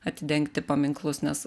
atidengti paminklus nes